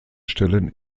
stellen